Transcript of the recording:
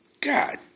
God